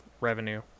revenue